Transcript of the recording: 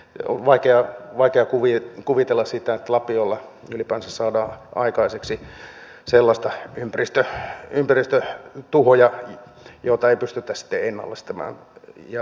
on vaikea kuvitella sitä että lapiolla ylipäänsä saadaan aikaan sellaisia ympäristötuhoja joita ei pystyttäisi sitten ennallistamaan